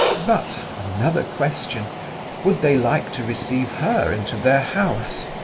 but another question would they like to receive her into their house?